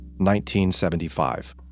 1975